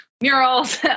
murals